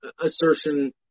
assertion